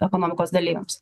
ekonomikos dalyviams